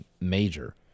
major